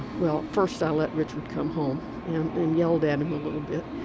well, first, i let richard come home and then yelled at him a little bit.